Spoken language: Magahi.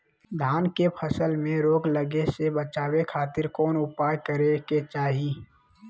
धान के फसल में रोग लगे से बचावे खातिर कौन उपाय करे के चाही?